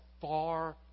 far